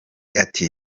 ati